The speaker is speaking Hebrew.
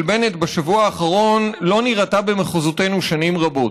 בנט בשבוע האחרון לא נראתה במחוזותינו שנים רבות.